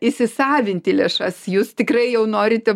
įsisavinti lėšas jūs tikrai jau norite